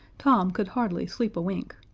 tom could hardly sleep a wink.